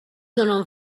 donen